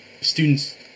Students